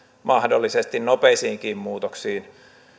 mahdollisesti nopeisiinkin muutoksiin